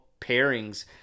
pairings